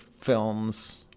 films